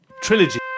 trilogy